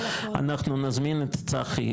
אנחנו נזמין את צחי,